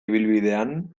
ibilbidean